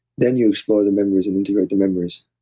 then you explore the memories and integrate the memories.